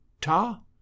ta